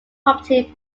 property